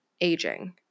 aging